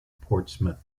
portsmouth